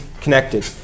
connected